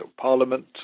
Parliament